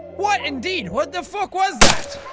what indeed? what the fuck was that.